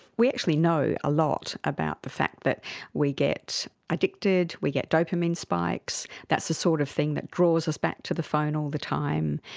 we actually know a lot about the fact that we get addicted, we get dopamine spikes. that's the sort of thing that draws us back to the phone all the time.